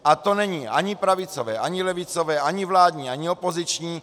A to není ani pravicové ani levicové ani vládní ani opoziční.